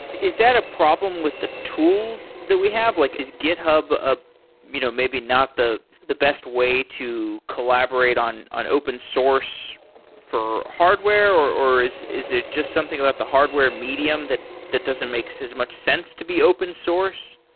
is that a problem with the tools we have? like is github ah you know maybe not the the best way to collaborate on on open source for hardware, or is is it just something about the hardware medium that that doesn't make so as much sense to be open source?